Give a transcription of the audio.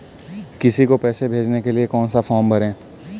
किसी को पैसे भेजने के लिए कौन सा फॉर्म भरें?